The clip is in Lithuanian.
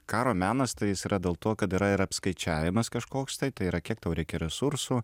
karo menas tai jis yra dėl to kad yra ir apskaičiavimas kažkoks tai tai yra kiek tau reikia resursų